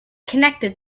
connected